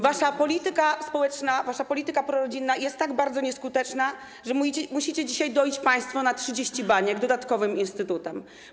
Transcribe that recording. Wasza polityka społeczna, wasza polityka prorodzinna jest tak bardzo nieskuteczna, że musicie dzisiaj doić państwo na 30 baniek dodatkowym instytutem.